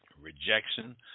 rejection